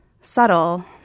subtle